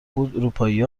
بود، اروپایی